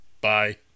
Bye